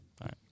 right